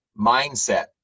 mindset